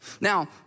Now